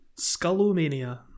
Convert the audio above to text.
Skullomania